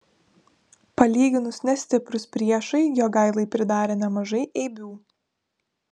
palyginus nestiprūs priešai jogailai pridarė nemažai eibių